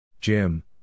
Jim